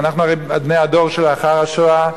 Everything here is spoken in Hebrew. ואנחנו הרי בני הדור שלאחר השואה,